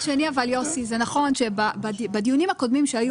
זה נכון אבל מצד שני בדיונים הקודמים שהיו